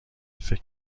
فکر